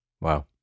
Wow